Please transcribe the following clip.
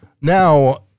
Now